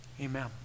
amen